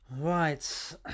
Right